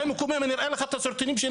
אני אראה לך סרטונים,